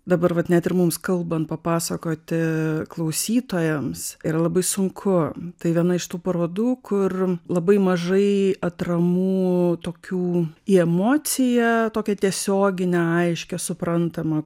dabar vat net ir mums kalbant papasakoti klausytojams yra labai sunku tai viena iš tų parodų kur labai mažai atramų tokių į emociją tokią tiesioginę aiškią suprantamą